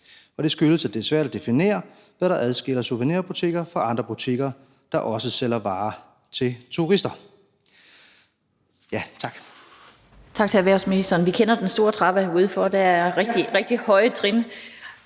Det skyldes, at det er svært at definere, hvad der adskiller souvenirbutikker fra andre butikker, der også sælger varer til turister.